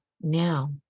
now